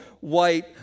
white